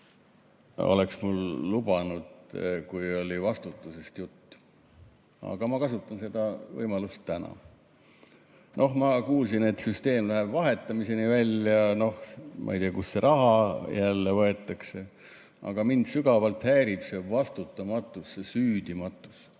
oleks mul lubanud, kui oli vastutusest jutt. Aga ma kasutan seda võimalust nüüd. Ma kuulsin, et süsteem läheb väljavahetamisele, noh, ma ei tea, kust see raha jälle võetakse. Aga mind sügavalt häirib see vastutamatus, see süüdimatus.